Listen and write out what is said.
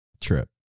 trip